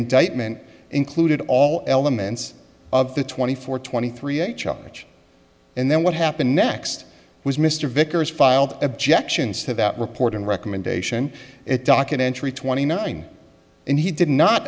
indictment included all elements of the twenty four twenty three a charge and then what happened next was mr vickers filed objections to that report and recommendation it documentary twenty nine and he did not